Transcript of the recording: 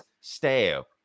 stab